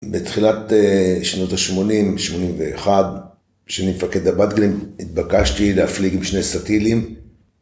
בתחילת שנות ה-80, 81, כשאני מפקד הבת גלים, התבקשתי להפליג עם שני סטילים.